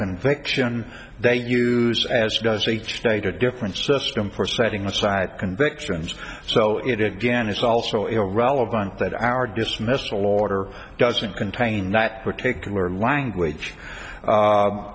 conviction they use as does each state or different system for setting aside convictions so it again is also irrelevant that our dismissal order doesn't contain that particular language